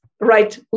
Right